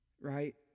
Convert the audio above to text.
right